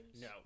No